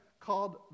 called